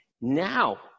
Now